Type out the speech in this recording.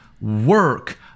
work